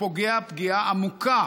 פוגע פגיעה עמוקה